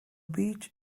beach